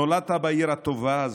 נולדת בעיר הטובה הזו,